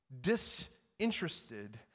disinterested